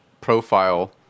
profile